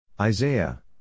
Isaiah